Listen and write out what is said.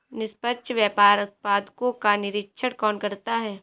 निष्पक्ष व्यापार उत्पादकों का निरीक्षण कौन करता है?